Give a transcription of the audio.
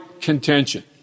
contention